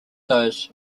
those